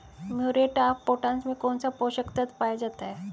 Muriate of potash में कौन सा पोषक तत्व पाया जाता है?